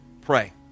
Pray